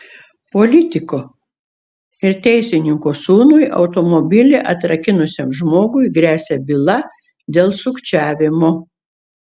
politiko ir teisininko sūnui automobilį atrakinusiam žmogui gresia byla dėl sukčiavimo